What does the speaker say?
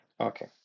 Okay